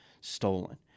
stolen